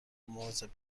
مواظب